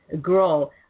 grow